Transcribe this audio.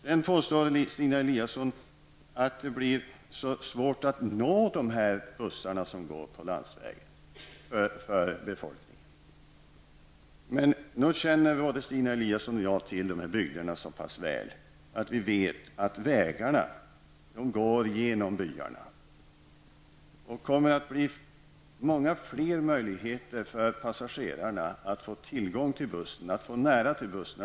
Det blir svårt för befolkningen att nå bussarna som går på landsvägen, påstår Stina Eliasson. Nog känner väl både Stina Eliasson och jag till dessa bygder så väl att vi vet att vägarna går genom byarna. Det kommer att bli många fler möjligheter för passagerarna att få tillgång till bussen och nära till bussen.